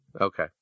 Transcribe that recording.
Okay